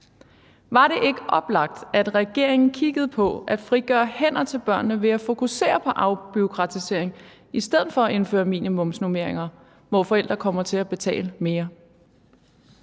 Var det ikke oplagt, at regeringen kiggede på at frigøre hænder til børnene ved at fokusere på afbureaukratisering i stedet for at indføre minimumsnormeringer, hvor forældre kommer til at betale mere?